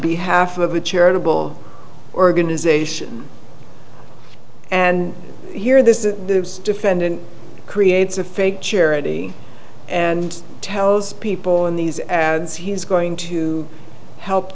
behalf of a charitable organization and here this is the defendant creates a fake charity and tells people in these ads he's going to help